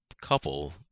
couple